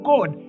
God